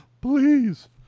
please